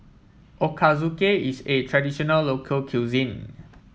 Ochazuke is a traditional local cuisine